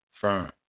Firm